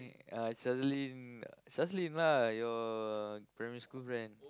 uh Shazlin Shazlin lah your primary school friend